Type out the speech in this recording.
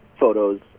photos